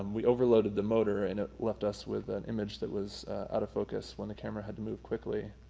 um we had overloaded the motor and it left us with an image that was out of focus when the camera had to move quickly.